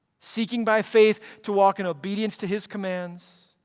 seeking by faith to walk in obedience to his commands,